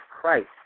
Christ